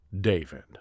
David